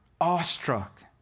awestruck